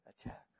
attack